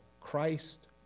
Christ